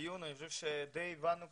אני מתכבד לפתוח את הישיבה.